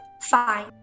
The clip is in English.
Fine